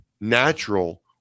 natural